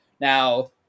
now